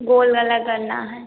गोल गला करना है